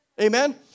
Amen